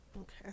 Okay